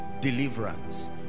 deliverance